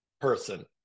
person